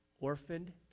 orphaned